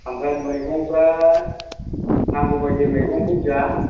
ओमफ्राय मैगंफ्रा नांगौ बायदि मैगंखौ जा